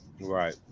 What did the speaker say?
Right